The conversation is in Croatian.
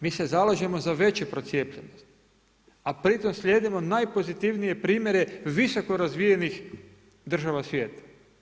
Mi se zalažemo za veću procijepljenost, a pritom slijedimo najpozitivnije primjere visoko razvijenih država svijeta.